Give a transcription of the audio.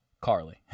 Carly